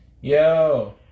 Yo